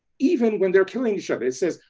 even when they're killing each other. it says,